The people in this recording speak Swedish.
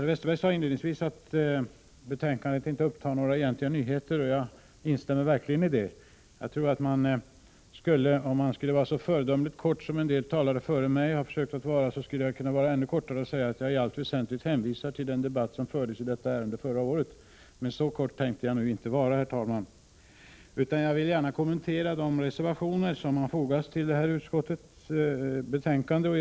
Per Westerberg sade inledningsvis att betänkandet inte upptar några egentliga nyheter, och jag instämmer verkligen i detta. Om jag skulle vara så föredömligt kortfattad som en del talare före mig har försökt vara, skulle jag kunna säga att jag i allt väsentligt hänvisar till den debatt som fördes i detta ärende förra året. Men, herr talman, så kortfattad tänkte jag nu inte vara, utan jag vill gärna kommentera de reservationer som har fogats till detta utskottsbetänkande.